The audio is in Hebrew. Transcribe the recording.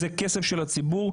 זה כסף של הציבור.